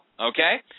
okay